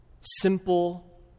Simple